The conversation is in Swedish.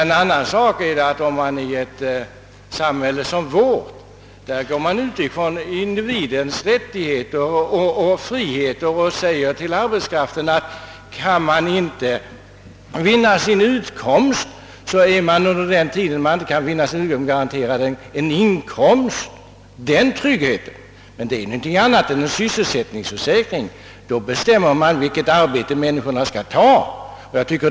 En annan sak är om vi i ett samhälle som vårt, där vi går ut ifrån individens rättigheter och friheter, säger till arbetskraften att den som inte kan vinna sin utkomst genom arbete ändå under tiden är garanterad trygghet för inkomst. Det är någonting annat än sysselsättningsförsäkring, som innebär att man bestämmer vilket arbete människorna skall ta.